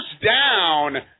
down